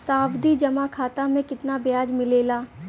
सावधि जमा खाता मे कितना ब्याज मिले ला?